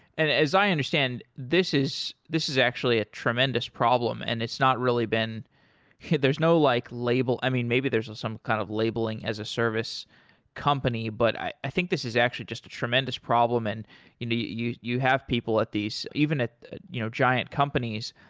and as i understand, this is this is actually a tremendous problem and it's not really been there's no, like label. i mean, maybe there's some kind of labeling as a service company, but i think this is actually just a tremendous problem and you know you you have people at these even at you know giant companies,